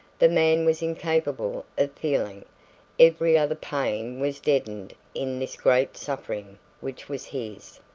the man was incapable of feeling every other pain was deadened in this great suffering which was his.